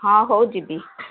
ହଁ ହେଉ ଯିବି